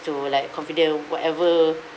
to like confident whatever